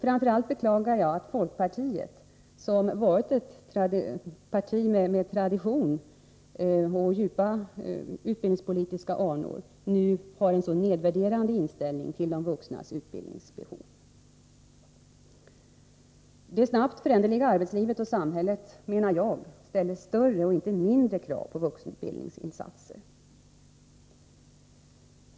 Framför allt beklagar jag att folkpartiet, som varit ett parti med tradition och djupa utbildningspolitiska anor, nu har en så nedvärderande inställning till de vuxnas utbildningsbehov. Det snabbt föränderliga arbetslivet och samhället ställer större och inte mindre krav på utbildningsinsatser.